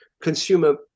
consumer